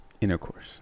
intercourse